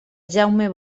jaume